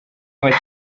make